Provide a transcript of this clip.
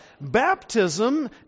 Baptism